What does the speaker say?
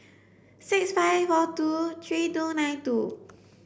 six five four two three two nine two